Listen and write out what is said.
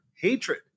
hatred